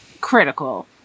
critical